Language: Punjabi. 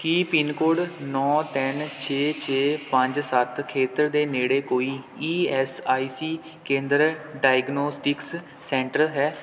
ਕੀ ਪਿੰਨ ਕੋਡ ਨੌਂ ਤਿੰਨ ਛੇ ਛੇ ਪੰਜ ਸੱਤ ਖੇਤਰ ਦੇ ਨੇੜੇ ਕੋਈ ਈ ਐੱਸ ਆਈ ਸੀ ਕੇਂਦਰ ਡਾਇਗਨੌਸਟਿਕਸ ਸੈਂਟਰ ਹੈ